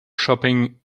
shopping